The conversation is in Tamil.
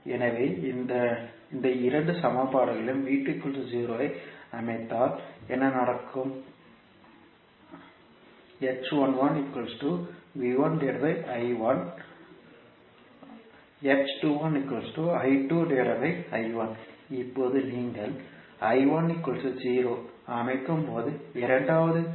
எனவே இந்த இரண்டு சமன்பாடுகளிலும் ஐ அமைத்தால் என்ன நடக்கும் இப்போது நீங்கள் ஐ அமைக்கும் போது இரண்டாவது கேஸ்